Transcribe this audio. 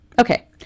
Okay